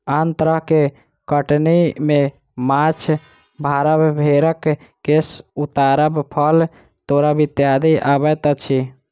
आन तरह के कटनी मे माछ मारब, भेंड़क केश उतारब, फल तोड़ब इत्यादि अबैत अछि